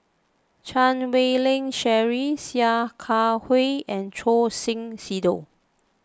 Chan Wei Ling Cheryl Sia Kah Hui and Choor Singh Sidhu